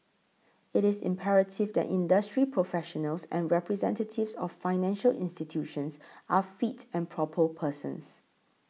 it is imperative that industry professionals and representatives of financial institutions are fit and proper persons